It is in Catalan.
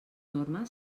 norma